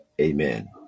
amen